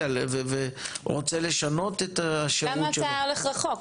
סגן רמטכ"ל,